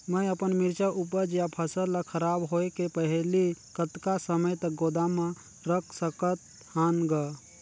मैं अपन मिरचा ऊपज या फसल ला खराब होय के पहेली कतका समय तक गोदाम म रख सकथ हान ग?